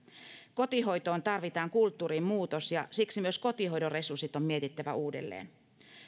kotihoitoon tarvitaan kulttuurin muutos ja siksi myös kotihoidon resurssit on mietittävä uudelleen